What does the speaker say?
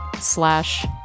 slash